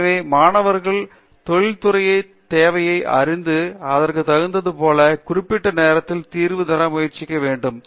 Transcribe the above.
எனவே மாணவர்கள் தொழில் துறை தேவையை அறிந்து அதற்கு தகுந்தது போல குறிப்பிட்ட நேரத்தில் தீர்வு தர முயற்சி செய்ய வேண்டும்